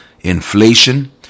inflation